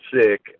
sick